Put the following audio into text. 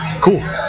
cool